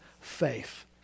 faith